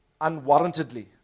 unwarrantedly